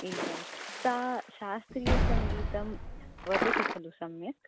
एवं सा शास्त्रीयसङ्गीतं वदति खलु सम्यक्